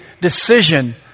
decision